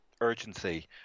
urgency